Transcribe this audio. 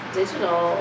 digital